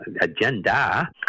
agenda